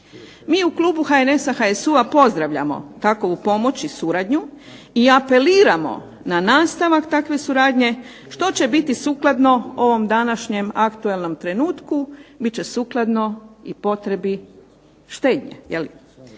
Mi u klubu HNS-HSU-a pozdravljamo takvu pomoć i suradnju i apeliramo na nastavak takve suradnje. Što će biti sukladno ovom današnjem aktualnom trenutku, bit će sukladno i potrebi štednje.